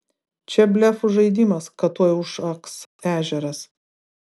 čia blefų žaidimas kad tuoj užaks ežeras